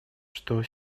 что